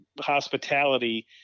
hospitality